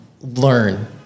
Learn